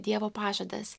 dievo pažadas